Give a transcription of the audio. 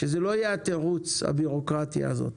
שזה לא יהיה תירוץ הבירוקרטיה הזאת.